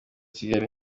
kigali